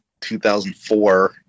2004